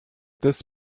this